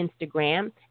Instagram